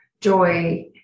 joy